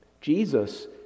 Jesus